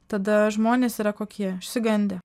tada žmonės yra kokie išsigandę